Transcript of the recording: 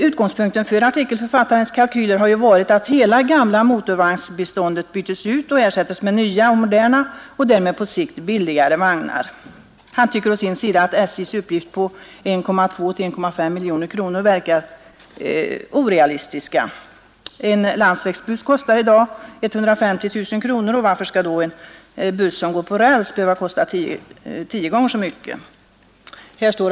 Utgångspunkten för artikelförfattarens kalkyler har ju varit att hela gamla motorvagnsbeståndet byts ut och ersätts med nya och moderna och därmed på sikt billigare vagnar. Han tycker å sin sida att SJ:s uppgift på 1,2—1,5 miljoner kronor verkar orealistisk. En landsvägsbuss kostar i dag 150 000 kronor och varför skall då en buss som går på räls behöva kosta tio gånger så mycket?